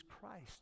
Christ